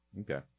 okay